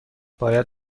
باید